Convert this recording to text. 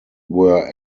were